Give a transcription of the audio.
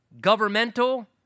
governmental